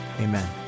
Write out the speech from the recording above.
amen